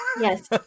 Yes